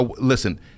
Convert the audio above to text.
listen